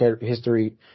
history –